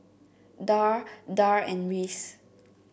Darl Darl and Reese